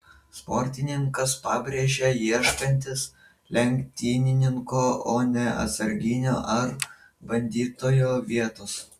sportininkas pabrėžė ieškantis lenktynininko o ne atsarginio ar bandytojo vietos